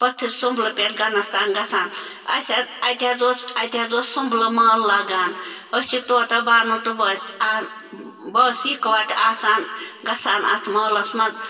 پٔتھٕرۍ سُمبلہٕ پٮ۪ٹھ گنَس تام گژھان اَسہِ حظ اَتہِ حظ اوس اَتہِ حظ اوس سُمبلہٕ مٲلہٕ لَگان أسۍ چھِ طوطہ بانو تہٕ بہٕ حظ آن بہٕ ٲسۍ یِکوَٹہٕ آسان گژھان اَتھ مٲلَس منٛز